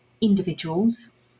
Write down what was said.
individuals